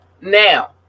Now